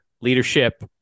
leadership